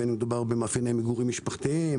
בין אם מדובר במאפייני מגורים משפחתיים,